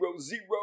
zero